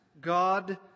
God